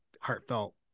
heartfelt